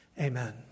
Amen